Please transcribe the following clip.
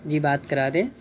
جی بات کرا دیں